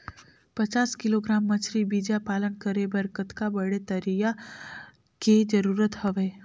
पचास किलोग्राम मछरी बीजा पालन करे बर कतका बड़े तरिया के जरूरत हवय?